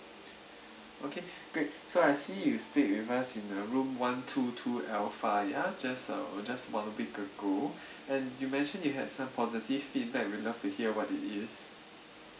okay great so I see you stayed with us in the room one two two L five ah just uh just one week ago and you mentioned you have some positive feedback we'd love to hear what it is